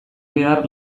behar